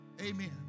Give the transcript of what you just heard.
Amen